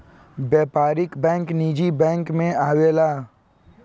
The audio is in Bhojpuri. व्यापारिक बैंक निजी बैंक मे आवेला